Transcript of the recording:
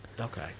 Okay